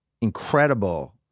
incredible